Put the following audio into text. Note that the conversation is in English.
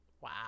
Wow